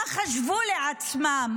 מה חשבו לעצמם